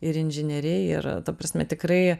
ir inžinieriai ir ta prasme tikrai